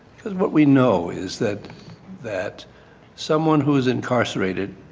because what we know is that that someone who is incarcerated,